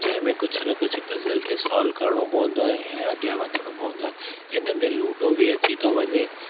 जंहिंमें कुझु न कुझु पजल खे सॉल्व करिणो पवंदो आहे ऐं अॻियां वधणो पवंदो आहे हिन में लूडो बि अची थो वञे